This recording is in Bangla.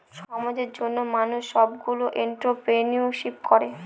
সমাজের জন্য মানুষ সবগুলো এন্ট্রপ্রেনিউরশিপ করে